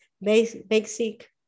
basic